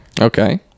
okay